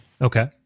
Okay